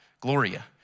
Gloria